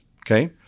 okay